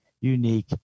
unique